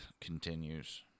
continues